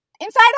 inside